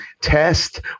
test